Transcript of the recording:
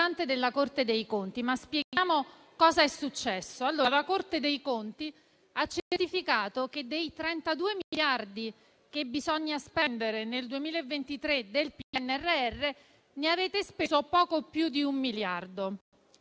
La Corte dei conti ha certificato che dei 32 miliardi del PNRR che bisogna spendere nel 2023 avete speso poco più di un miliardo.